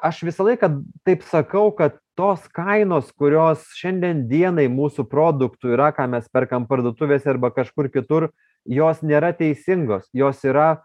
aš visą laiką taip sakau kad tos kainos kurios šiandien dienai mūsų produktų yra ką mes perkam parduotuvėse arba kažkur kitur jos nėra teisingos jos yra